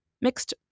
mixed